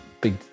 big